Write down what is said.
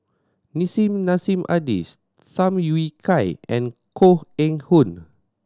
Nissim Nassim Adis Tham Yui Kai and Koh Eng Hoon